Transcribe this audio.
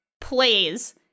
plays